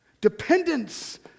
Dependence